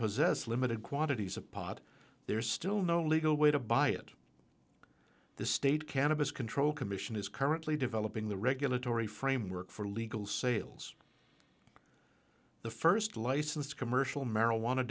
possess limited quantities of pot there's still no legal way to buy it the state cannabis control commission is currently developing the regulatory framework for legal sales the first licensed commercial marijuana